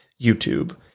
YouTube